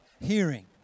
hearing